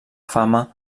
fama